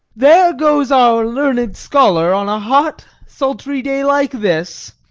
there goes our learned scholar on a hot, sultry day like this,